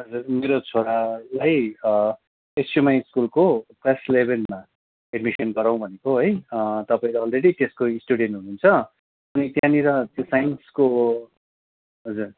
हजुर मेरो छोरालाई एसयुएमआई स्कुलको क्लास इलेभेनमा एडमिसन गराउँ भनेको है तपाईँको अलरेडी त्यसको स्टुडेन्ट हुनुहुन्छ अनि त्यहाँनिर त्यो साइन्सको हजुर